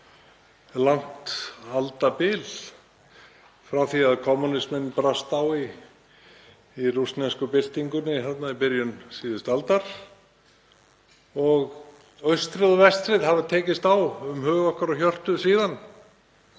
um langt aldabil, frá því að kommúnisminn brast á í rússnesku byltingunni í byrjun síðustu aldar. Austrið og vestrið hafa tekist á um hug okkar og hjörtu síðan.